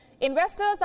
Investors